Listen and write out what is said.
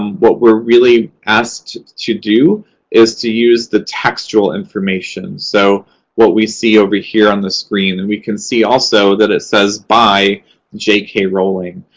um what we're really asked to do is to use the textual information, so what we see over here on the screen. and we can see, also, that it says, by j k. rowling.